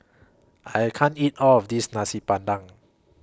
I can't eat All of This Nasi Padang